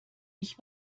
ich